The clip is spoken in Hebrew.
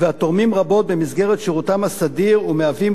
והתורמים רבות במסגרת שירותם הסדיר ומהווים